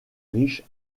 riches